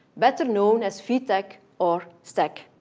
better known as vtec or stec.